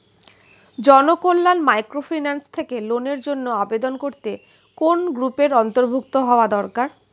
Janakalyan microfinance থেকে লোনের জন্য আবেদন করতে কোন গ্রুপের অন্তর্ভুক্ত হওয়া দরকার?